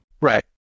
Right